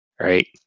right